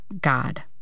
God